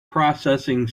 processing